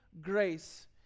grace